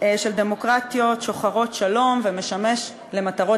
של דמוקרטיות שוחרות שלום ומשמש למטרות